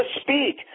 speak